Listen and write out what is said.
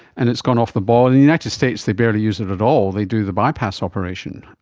and it's gone off the boil. in the united states they barely use it at all, they do the bypass operation.